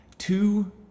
Two